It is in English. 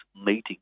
meeting